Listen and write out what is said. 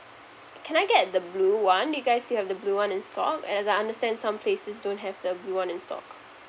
can I get the blue one you guys still have the blue one in stock as I understand some places don't have the blue one in stock